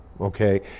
Okay